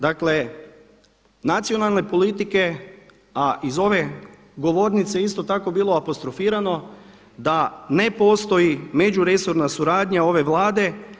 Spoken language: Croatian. Dakle nacionalne politike a iz ove govornice isto tako je bilo apostrofirano da ne postoji međuresorna suradnja ove Vlade.